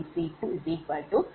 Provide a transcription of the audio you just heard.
63 என்று பெறுகிறோம்